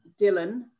Dylan